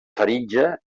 faringe